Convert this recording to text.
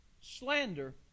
Slander